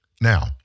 Now